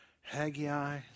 Haggai